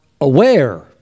aware